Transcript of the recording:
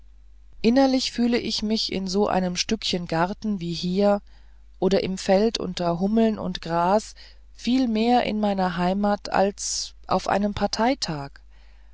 innerlich fühle ich mich in so einem stückchen garten wie hier oder im feld unter hummeln und gras viel mehr in meiner heimat als auf einem parteitag